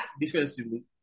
defensively